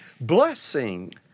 blessing